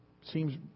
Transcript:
seems